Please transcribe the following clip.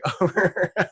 over